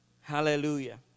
Hallelujah